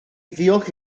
ddiolch